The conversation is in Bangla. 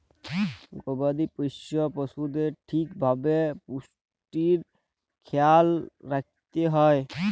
গবাদি পশ্য পশুদের ঠিক ভাবে পুষ্টির খ্যায়াল রাইখতে হ্যয়